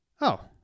Oh